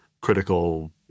critical